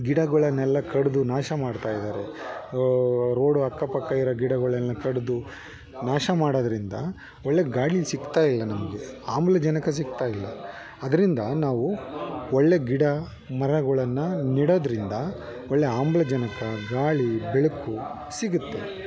ಗಿಡಗಳನ್ನೆಲ್ಲ ಕಡಿದು ನಾಶ ಮಾಡ್ತಾಯಿದಾರೆ ರೋಡು ಅಕ್ಕಪಕ್ಕ ಇರೋ ಗಿಡಗಳ್ನೆಲ್ಲ ಕಡಿದು ನಾಶ ಮಾಡೋದರಿಂದ ಒಳ್ಳೆ ಗಾಳಿ ಸಿಗ್ತಾಯಿಲ್ಲ ನಮಗೆ ಆಮ್ಲಜನಕ ಸಿಗ್ತಾಯಿಲ್ಲ ಅದರಿಂದ ನಾವು ಒಳ್ಳೆ ಗಿಡ ಮರಗಳನ್ನ ನೆಡೋದರಿಂದ ಒಳ್ಳೆ ಆಮ್ಲಜನಕ ಗಾಳಿ ಬೆಳಕು ಸಿಗುತ್ತೆ